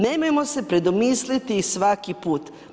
Nemojmo se predomisliti svaki put.